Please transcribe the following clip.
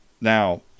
Now